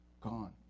gone